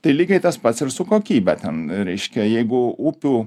tai lygiai tas pats ir su kokybe ten reiškia jeigu upių